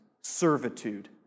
servitude